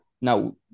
Now